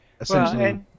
essentially